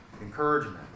encouragement